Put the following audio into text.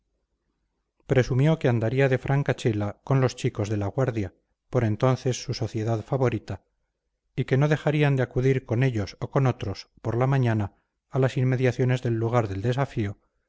presumió que andaría de francachela con los chicos de la guardia por entonces su sociedad favorita y que no dejaría de acudir con ellos o con otros por la mañana a las inmediaciones del lugar del desafío